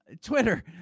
twitter